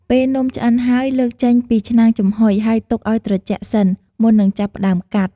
ពេលនំឆ្អិនហើយ លើកចេញពីឆ្នាំងចំហុយ ហើយទុកឲ្យត្រជាក់សិន មុននឹងចាប់ផ្ដើមកាត់។